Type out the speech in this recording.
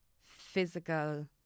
physical